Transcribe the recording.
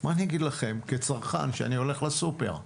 אבל מה אגיד לכם כצרכן שהולך לסופר?